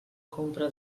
compra